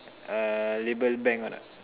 uh label bank or not